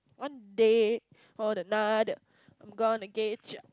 one day or another I'm gonna get you